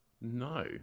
No